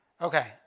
Okay